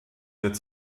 wird